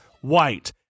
White